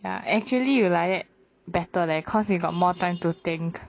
ya actually you like that better leh cause you got more time to think